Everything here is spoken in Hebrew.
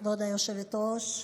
כבוד היושבת-ראש,